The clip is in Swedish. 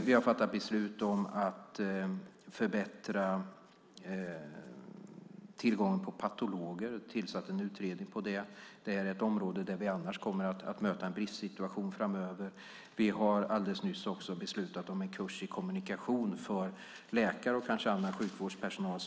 Vi har fattat beslut om att förbättra tillgången till patologer. Det har tillsatts en utredning. Det är ett område där vi annars kommer att möta en bristsituation framöver. Vi har alldeles nyss beslutat om en kurs i kommunikation för läkare och annan sjukvårdspersonal.